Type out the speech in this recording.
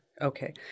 Okay